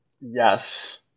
Yes